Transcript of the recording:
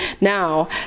now